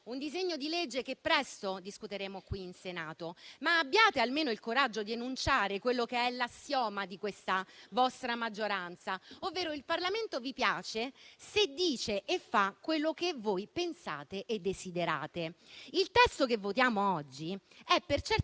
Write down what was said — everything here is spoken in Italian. un disegno di legge che presto discuteremo qui in Senato. Abbiate almeno il coraggio di enunciare quello che è l'assioma della vostra maggioranza: il Parlamento vi piace se dice e fa quello che voi pensate e desiderate. Il testo che votiamo oggi è per certi